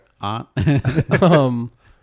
aunt